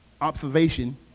Observation